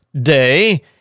Day